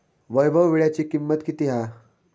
वैभव वीळ्याची किंमत किती हा?